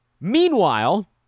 Meanwhile